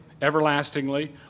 everlastingly